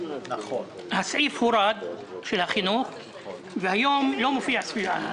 הסעיף של חינוך הורד והיום לא מופיע המנכ"ל.